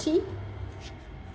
tea